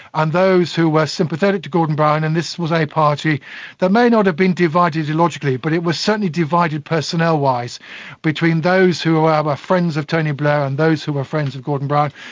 and those who were sympathetic to gordon brown, and this was a party that may not have been divided ideologically but it was certainly divided personnel wise between those who ah were ah friends of tony blair and those who were friends of gordon brown,